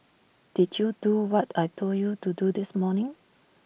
did you do what I Told you to do this morning